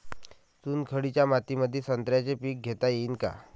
चुनखडीच्या मातीमंदी संत्र्याचे पीक घेता येईन का?